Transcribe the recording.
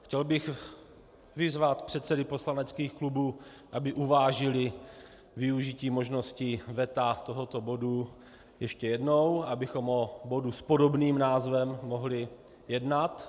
Chtěl bych vyzvat předsedy poslaneckých klubů, aby uvážili využití možnosti veta tohoto bodu ještě jednou, abychom o bodu s podobným názvem mohli jednat.